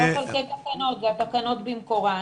זה לא חלקי תקנות, זה התקנות במקורן.